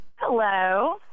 Hello